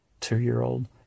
two-year-old